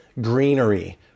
greenery